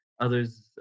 others